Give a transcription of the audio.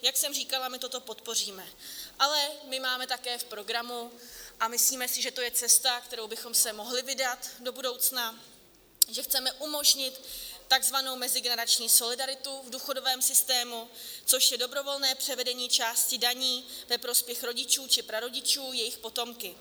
Jak jsem říkala, my toto podpoříme, ale my máme také v programu a myslíme si, že to je cesta, kterou bychom se mohli vydat do budoucna že chceme umožnit takzvanou mezigenerační solidaritu v důchodovém systému, což je dobrovolné převedení části daní ve prospěch rodičů či prarodičů jejich potomky.